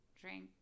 drink